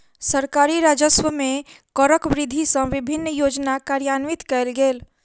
सरकारी राजस्व मे करक वृद्धि सँ विभिन्न योजना कार्यान्वित कयल गेल